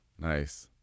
nice